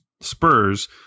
Spurs